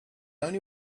only